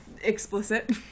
Explicit